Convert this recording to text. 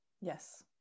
yes